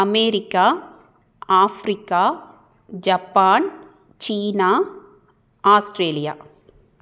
America Africa Japan China Australia